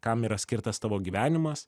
kam yra skirtas tavo gyvenimas